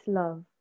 love